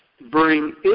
bring